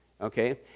Okay